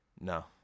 No